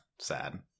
Sad